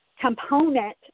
component